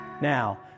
Now